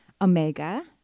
Omega